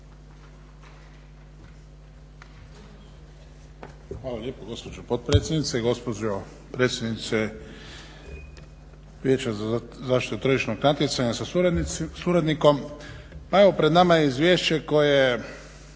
Hvala lijepo gospođo potpredsjednice i gospođo predsjednice Vijeća za zaštitu tržišnog natjecanja sa suradnikom. Pa evo pred nama je izvješće koje,